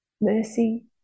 mercy